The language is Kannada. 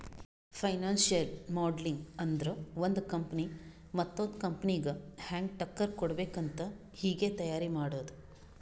ಫೈನಾನ್ಸಿಯಲ್ ಮೋಡಲಿಂಗ್ ಅಂದುರ್ ಒಂದು ಕಂಪನಿ ಮತ್ತೊಂದ್ ಕಂಪನಿಗ ಹ್ಯಾಂಗ್ ಟಕ್ಕರ್ ಕೊಡ್ಬೇಕ್ ಅಂತ್ ಈಗೆ ತೈಯಾರಿ ಮಾಡದ್ದ್